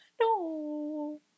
No